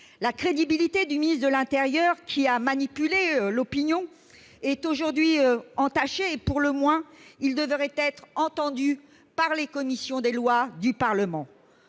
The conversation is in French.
La crédibilité du ministre de l'intérieur, qui a manipulé l'opinion, est aujourd'hui entachée, et il devrait, pour le moins, être entendu par les commissions des lois du Parlement.